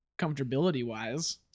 Comfortability-wise